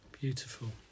Beautiful